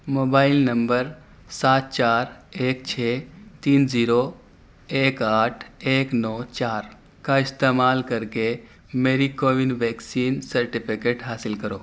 mobile number سات چار ایک چھ تین زیرو ایک آٹھ ایک نو چار کا استعمال کر کے میری کوون ویکسین سرٹیفکیٹ حاصل کرو